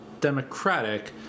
democratic